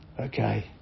okay